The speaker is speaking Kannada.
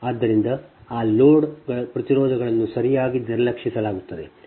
ಆದ್ದರಿಂದ ಆ ಲೋಡ್ ಪ್ರತಿರೋಧಗಳನ್ನು ಸರಿಯಾಗಿ ನಿರ್ಲಕ್ಷಿಸಲಾಗುತ್ತದೆ